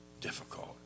difficult